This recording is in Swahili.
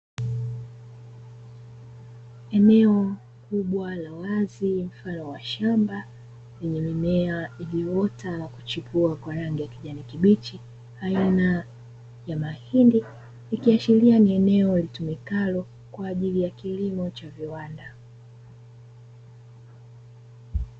Eneo kubwa la wazi mfano wa shamba lenye mimea iliyoota na kuchipua kwa rangi ya kijani kibichi aina ya mahindi, ikiashiria ni eneo litumikalo kwaajili ya kilimo cha viwanda.